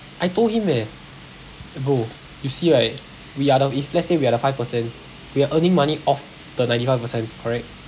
I told him eh bro you see right we are the if let's say we are the five percent we are earning money off the ninety five percent correct